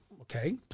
okay